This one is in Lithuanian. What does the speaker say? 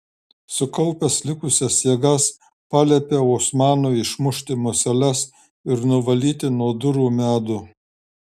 sukaupęs likusias jėgas paliepiau osmanui išmušti museles ir nuvalyti nuo durų medų